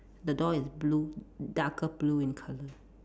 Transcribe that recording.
the door is blue darker blue in colour